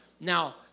Now